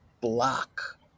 block